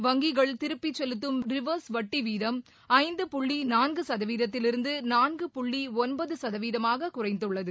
வங்கிகள் திருப்பிச் செலுத்தும் ரிவர்ஸ் வட்டி வீதம் ஐந்து புள்ளி நான்கு கதவீதத்திலிருந்து நான்கு புள்ளி ஒன்பது சதவீதமாக குறைத்துள்ளது